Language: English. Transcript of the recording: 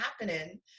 happening